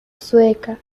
sueca